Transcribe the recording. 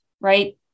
right